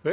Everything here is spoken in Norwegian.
de